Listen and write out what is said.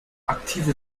aktive